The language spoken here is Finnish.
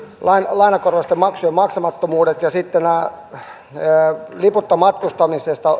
lainakorvausten maksujen maksamattomuuksista ja sitten näistä liputta matkustamisesta